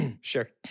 Sure